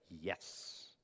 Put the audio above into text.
yes